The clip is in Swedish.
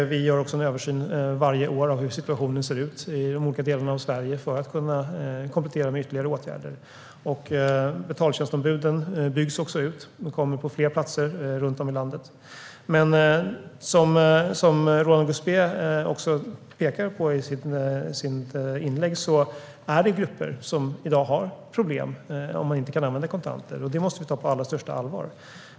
Vi gör också en översyn varje år av hur situationen ser ut i de olika delarna av Sverige för att kunna komplettera med ytterligare åtgärder. Betaltjänstombuden byggs ut och kommer att finnas på fler platser runt om i landet. Som Roland Gustbée pekar på i sitt inlägg finns det grupper i dag som har problem om de inte kan använda kontanter, och det måste vi ta på allra största allvar.